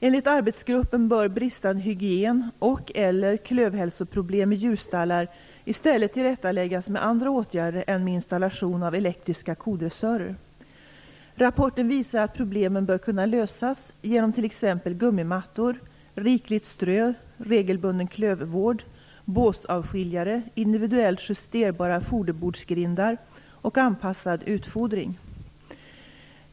Enligt arbetsgruppen bör bristande hygien och/eller klövhälsoproblem i djurstallar i stället tillrättaläggas med andra åtgärder än med installation av elektriska kodressörer. Rapporten visar att problemen bör kunna lösas genom t.ex. gummimattor, riklig strö, regelbunden klövvård, båsavskiljare, individuellt justerbara forderbordsgrindar och anpassad utfodring.